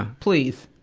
ah please!